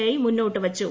I മുന്നോട്ടുവച്ചു